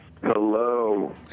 Hello